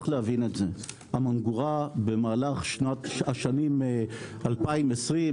במהלך השנים 20',